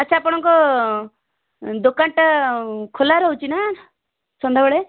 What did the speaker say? ଆଚ୍ଛା ଆପଣଙ୍କ ଦୋକାନ ଟା ଖୋଲା ରହୁଛି ନା ସନ୍ଧ୍ୟାବେଳେ